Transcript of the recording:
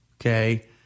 okay